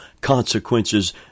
consequences